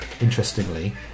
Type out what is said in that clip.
interestingly